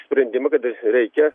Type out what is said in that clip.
sprendimą kad reikia